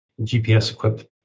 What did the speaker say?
GPS-equipped